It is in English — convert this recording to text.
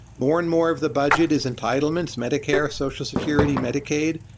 more and more of the budget is entitlements, medicare, social security medicaid.